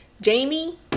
Jamie